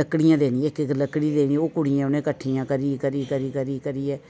लकड़ियां देनी इक्क इक्क लकड़ी देनी कुड़ियें उ'नें किट्ठी करी करी करी करियै